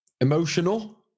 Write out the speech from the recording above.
Emotional